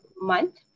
month